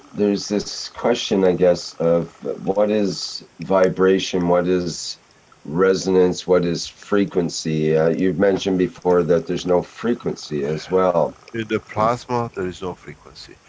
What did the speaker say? there is this question i guess of, what is vibration, what is resonance, what is frequency? you mentioned before that there is no frequency as well. in the plasma, there is no frequency.